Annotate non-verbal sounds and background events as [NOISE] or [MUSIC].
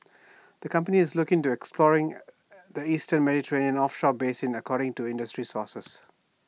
the company is looking at exploring [HESITATION] the eastern Mediterranean offshore basin according to industry sources